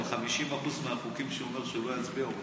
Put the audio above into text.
על 50% מהחוקים שהוא אומר שהוא לא יצביע הוא מצביע.